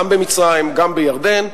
גם במצרים וגם בירדן,